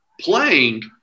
playing –